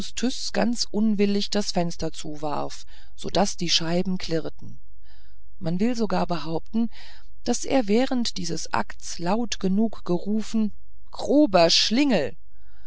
ganz unwillig das fenster zuwarf so daß die scheiben klirrten man will sogar behaupten daß er während dieses akts laut genug gerufen grober schlingel